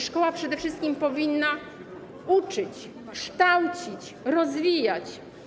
Szkoła przede wszystkim powinna uczyć, kształcić, rozwijać.